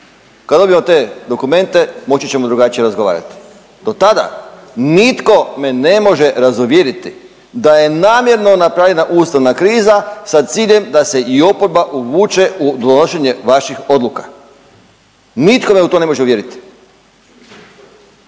kad dobijemo te dokumente moći ćemo drugačije razgovarati. Do tada nitko me ne može razuvjeriti da je namjerno napravljena ustavna kriza sa ciljem da se i oporba uvuče u donošenje vaših odluka. Nitko me u to ne može uvjerit